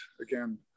again